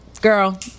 girl